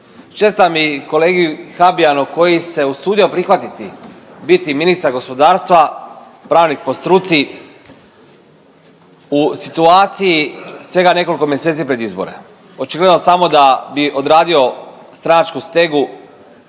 Čestitam i kolegi Habijanu koji se usudio prihvatiti biti ministar gospodarstva, pravnik po struci u situaciji svega nekoliko mjeseci pred izbore očigledno samo da bi odradio stranačku stegu